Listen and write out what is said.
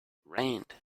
rained